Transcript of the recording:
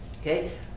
Okay